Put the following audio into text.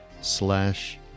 slash